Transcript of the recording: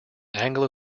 anglo